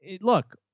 Look